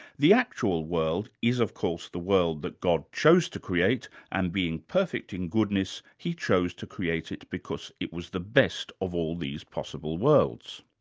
the actual world is of course the world that god chose to create and being perfect in goodness, he chose to create it because it was the best of all these possible worlds.